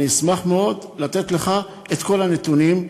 אני אשמח מאוד לתת לך את כל הנתונים,